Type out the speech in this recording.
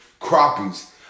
crappies